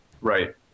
Right